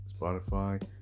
Spotify